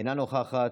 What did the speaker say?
אינה נוכחת.